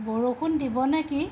বৰষুণ দিব নেকি